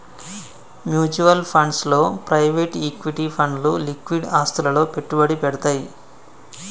mutual funds లో private equity ఫండ్లు liquid ఆస్తులలో పెట్టుబడి పెడ్తయ్